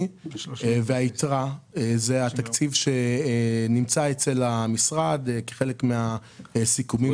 והיתרה זה התקציב שנמצא במשרד כחלק מהסיכומים.